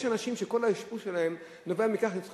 יש אנשים שכל האשפוז שלהם נובע מכך שהם צריכים